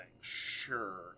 Sure